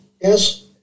Yes